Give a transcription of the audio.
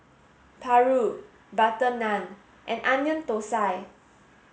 Paru butter naan and onion Thosai